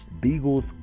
Beagles